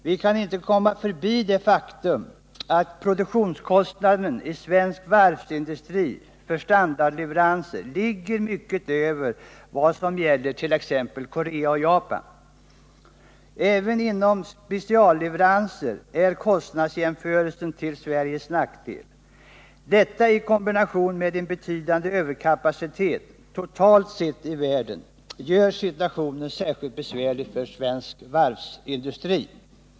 Vi kan inte komma förbi det faktum att produktionskostnaden i svensk varvsindustri för standardleveranser ligger mycket över vad som gäller för t.ex. Korea och Japan. Även inom specialleveranser är kostnadsjämförelsen till Sveriges nackdel. Detta i kombination med en betydande överkapacitet totalt sett i världen gör situationen särskilt besvärlig för svensk varvsindustri.